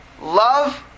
Love